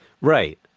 right